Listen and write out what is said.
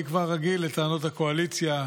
אני כבר רגיל לטענות הקואליציה,